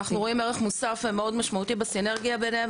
אנחנו רואים ערך מוסף מאוד משמעותי בסינרגיה ביניהם,